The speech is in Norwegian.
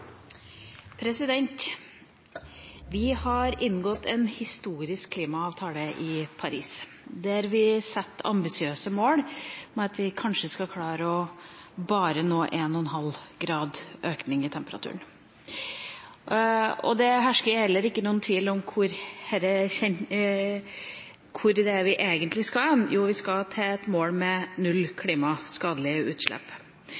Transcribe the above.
Vi har inngått en historisk klimaavtale i Paris, der vi satte ambisiøse mål om at vi kanskje skal klare å nå bare 1,5 graders økning i temperaturen. Det hersker heller ikke noen tvil om hvor vi egentlig skal hen – jo, vi skal til et mål med null klimaskadelige utslipp.